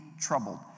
troubled